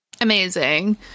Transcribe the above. Amazing